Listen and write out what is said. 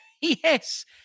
Yes